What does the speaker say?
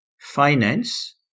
finance